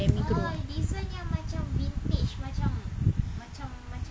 demi grow